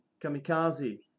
kamikaze